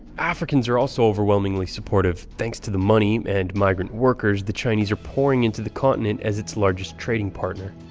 africans are also overwhelmingly supportive thanks to the money and migrant workers the chinese are pouring into the continent as its largest trading partner.